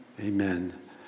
amen